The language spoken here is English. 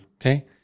Okay